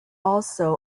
also